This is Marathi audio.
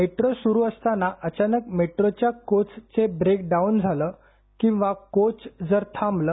मेट्रो सुरु असताना अचानक मेट्रोच्या कोचचे ब्रेक डाऊन झालं किंवा कोच जर थांबलं